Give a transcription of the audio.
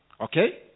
Okay